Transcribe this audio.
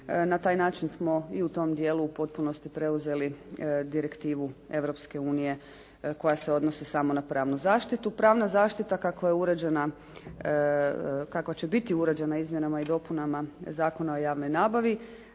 Na taj način smo i u tom dijelu u potpunosti preuzeli direktivu Europske unije koja se odnosi samo na pravnu zaštitu. Pravna zaštita kakva će biti uređena izmjenama i dopunama Zakona o javnoj nabavi